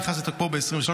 שנכנס לתוקפו ב-2023,